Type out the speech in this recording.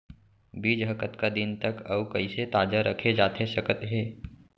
बीज ह कतका दिन तक अऊ कइसे ताजा रखे जाथे सकत हे?